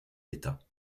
l’état